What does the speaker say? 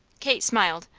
kate smiled,